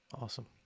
awesome